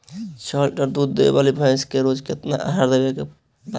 छह लीटर दूध देवे वाली भैंस के रोज केतना आहार देवे के बा?